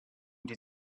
die